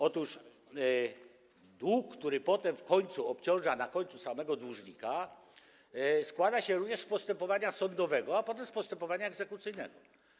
Otóż dług, który potem obciąża na końcu samego dłużnika, składa się również z kosztów postępowania sądowego, a potem postępowania egzekucyjnego.